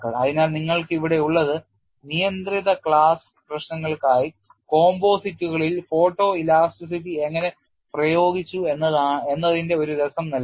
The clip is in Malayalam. അതിനാൽ നിങ്ങൾക്ക് ഇവിടെയുള്ളത് നിയന്ത്രിത ക്ലാസ് പ്രശ്നങ്ങൾക്കായി composite കളിൽ ഫോട്ടോഇലാസ്റ്റിസിറ്റി എങ്ങനെ പ്രയോഗിച്ചു എന്നതിന്റെ ഒരു രസം നല്കുന്നു